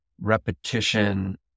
repetition